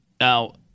now